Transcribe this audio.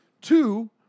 two